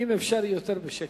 אם אפשר לדבר יותר בשקט,